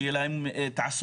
שתהיה להם תעסוקה.